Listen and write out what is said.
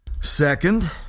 Second